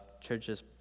churches